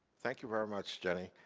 thank you very much, jenny.